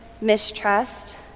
mistrust